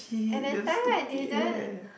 at that time I didn't